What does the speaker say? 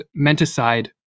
menticide